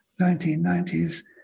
1990s